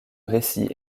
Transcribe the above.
récit